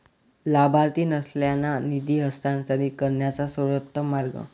लाभार्थी नसलेल्यांना निधी हस्तांतरित करण्याचा सर्वोत्तम मार्ग